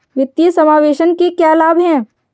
वित्तीय समावेशन के क्या लाभ हैं?